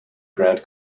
grant